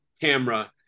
camera